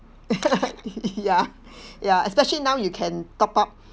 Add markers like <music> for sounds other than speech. <laughs> ya ya especially now you can top up